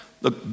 Look